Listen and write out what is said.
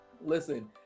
listen